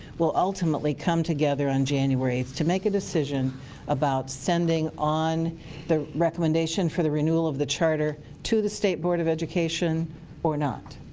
will ultimately come together on january eighth to make a decision about sending on the recommendation for the renewal of the charter to the state board of education or not.